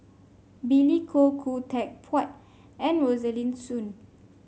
Billy Koh Khoo Teck Puat and Rosaline Soon